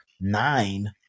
nine